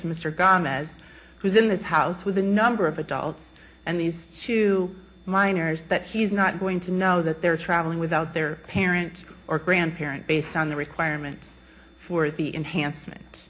as who's in this house with a number of adults and these two minors that he's not going to know that they're traveling without their parent or grandparent based on the requirements for the enhance